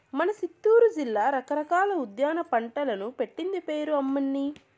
మన సిత్తూరు జిల్లా రకరకాల ఉద్యాన పంటలకు పెట్టింది పేరు అమ్మన్నీ